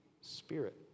spirit